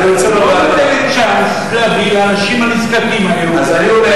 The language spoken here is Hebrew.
לא נותנת צ'אנס להביא לאנשים הנזקקים האלה,